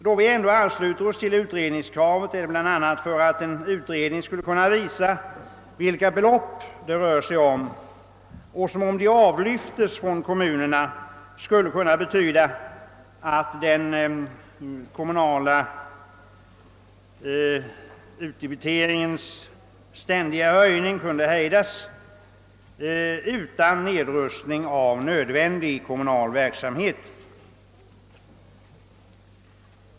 Då vi ändå ansluter oss till utredningskravet gör vi det bland annat därför att en utredning skulle kunna visa vilka belopp det rör sig om. Om dessa avlyftes från kommunerna skulle det kunna betyda att den ständiga höjningen av den kommunala utdebiteringen kunde hejdas utan nedrustning av nödvändig kommunal verksamhet.